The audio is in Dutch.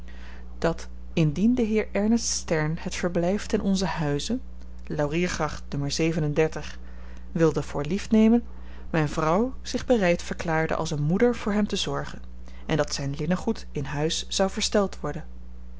dat indien de heer ernest stern het verblyf ten onzen huize lauriergracht n wilde voor lief nemen myn vrouw zich bereid verklaarde als een moeder voor hem te zorgen en dat zyn linnengoed in huis zou versteld worden